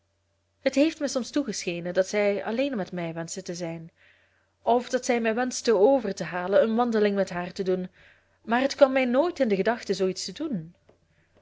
het heeft mij soms toegeschenen dat zij alleen met mij wenschte te zijn of dat zij mij wenschte over te halen een wandeling met haar te doen maar het kwam mij nooit in de gedachte zoo iets te doen